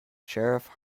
sheriff